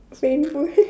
it's painful